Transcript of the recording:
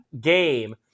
game